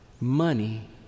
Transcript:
money